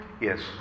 Yes